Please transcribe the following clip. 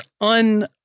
un